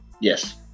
Yes